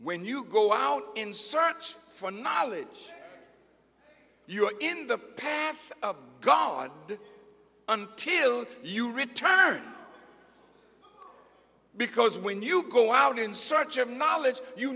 when you go out in search for knowledge you are in the path of god until you return because when you go out in search of knowledge you